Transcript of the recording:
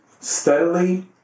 steadily